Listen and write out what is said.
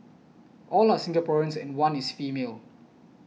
all are Singaporeans and one is female